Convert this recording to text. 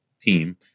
team